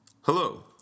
Hello